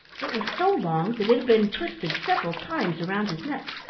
it was so long that it had been twisted several times around his neck.